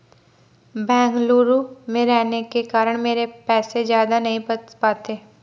बेंगलुरु में रहने के कारण मेरे पैसे ज्यादा नहीं बच पाते